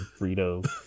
Frito